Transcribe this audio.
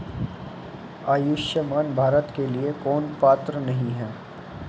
आयुष्मान भारत के लिए कौन पात्र नहीं है?